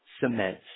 cement